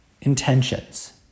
intentions